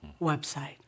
website